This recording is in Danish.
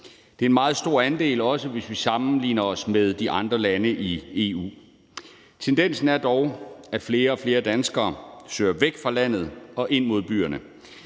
Det er en meget stor andel, også hvis vi sammenligner os med de andre lande i EU. Tendensen er dog, at flere og flere danskere søger væk fra landet og ind mod byerne.